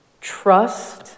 trust